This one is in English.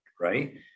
right